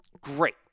Great